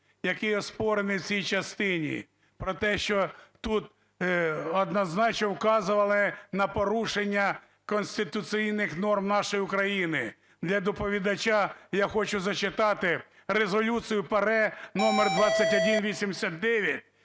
який оспорений в цій частині, про те, що тут однозначно вказували на порушення конституційних норм нашої України. Для доповідача я хочу зачитати Резолюцію ПАРЄ № 2189